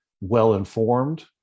well-informed